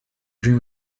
dream